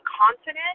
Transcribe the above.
confident